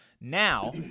now